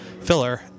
filler